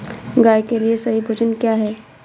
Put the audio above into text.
गाय के लिए सही भोजन क्या है?